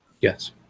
yes